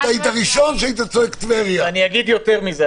אתה הראשון שהיית צועק "טבריה" -- ונצרת.